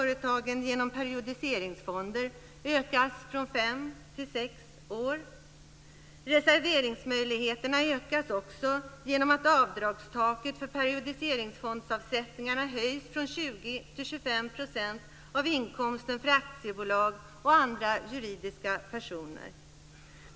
· Reserveringsmöjligheterna ökas också genom att avdragstaket för periodiseringsfondsavsättningar höjs från 20 % till 25 % av inkomsten för aktiebolag och andra juridiska personer.